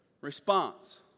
Response